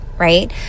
Right